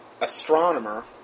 Astronomer